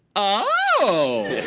oh